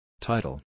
Title